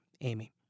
Amy